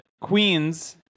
Queens